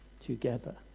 together